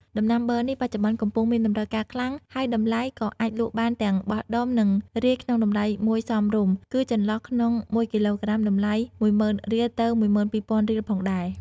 ដំណាំប័រនេះ បច្ចុប្បន្នកំពុងមានតម្រូវការខ្លាំង ហើយតម្លៃក៏អាចលក់បានទាំងបោះដុំ និងរាយក្នុងតម្លៃមួយសមរម្យ គឺចន្លោះក្នុង ១គីឡូក្រាម តម្លៃ ១០,០០០រៀល ទៅ ១២,០០០រៀលផងដែរ។